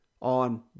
on